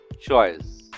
choice